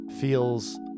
feels